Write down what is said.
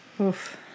Oof